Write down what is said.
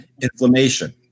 Inflammation